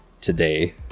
today